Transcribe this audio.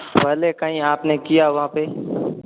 पहले कहीं आपने किया हो वहाँ पर